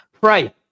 pray